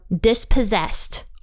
dispossessed